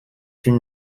une